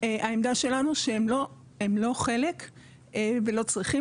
העמדה שלנו היא שהם לא חלק ולא צריכים